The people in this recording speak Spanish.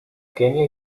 kenia